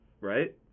right